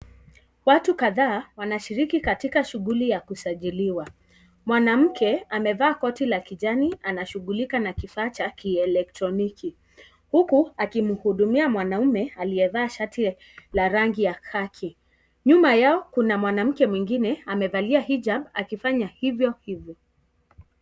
Watu kadhaa wanashiriki katika shughuli ya kusajiliwa. Mwanamke amevaa koti la kijani. Anashughulika na kifaa cha kielektroniki huku akimhudumia mwanaume aliyevaa shati ya rangi ya kaki. Nyuma yao kuna mwanamke mwingine amevalia hijabu akifanya hivyo hivyo.